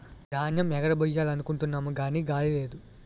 ధాన్యేమ్ ఎగరబొయ్యాలనుకుంటున్నాము గాని గాలి లేదు